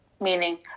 meaning